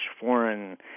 foreign